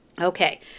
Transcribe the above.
Okay